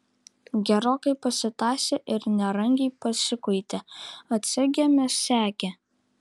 gerokai pasitąsę ir nerangiai pasikuitę atsegėme segę